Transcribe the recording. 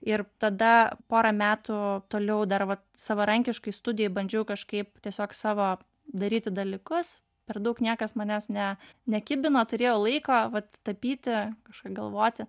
ir tada porą metų toliau dar vat savarankiškai studijoj bandžiau kažkaip tiesiog savo daryti dalykus per daug niekas manęs ne nekibino turėjau laiko vat tapyti kažką galvoti